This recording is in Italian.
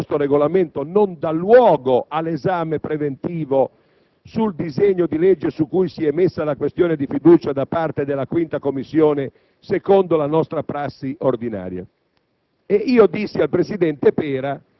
prevale su tutto, tant'è vero che il nostro Regolamento non dà luogo all'esame preventivo sul disegno di legge, su cui si è messa la questione di fiducia, da parte della 5a Commissione, secondo la nostra prassi ordinaria.